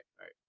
Right